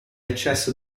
accesso